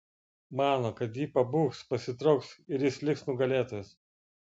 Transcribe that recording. mano kad ji pabūgs pasitrauks ir jis liks nugalėtojas